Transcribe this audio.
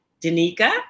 Danica